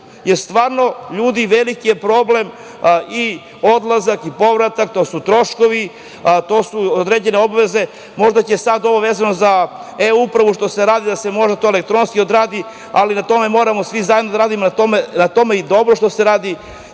jer stvarno, ljudi, veliki je problem i odlazak i povratak. To su troškovi, to su određene obaveze. Možda će sada ovo vezano za „e-upravu“ što se radi da se možda to elektronski odradi, ali na tome moramo svi zajedno da radimo, na tome je i dobro što se radi,